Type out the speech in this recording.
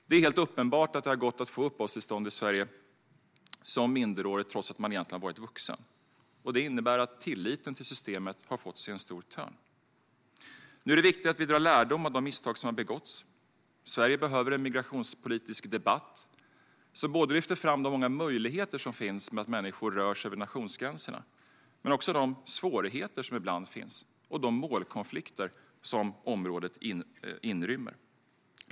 Det är helt uppenbart att det har gått att få uppehållstillstånd i Sverige som minderårig trots att man egentligen har varit vuxen. Det innebär att tilliten till systemet har fått sig en törn. Nu är det viktigt att vi drar lärdom av de misstag som har begåtts. Sverige behöver en migrationspolitisk debatt som lyfter fram de många möjligheter som finns med att människor rör sig över nationsgränserna men också de svårigheter som ibland finns och de målkonflikter som området inrymmer.